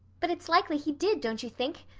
but it's likely he did, don't you think?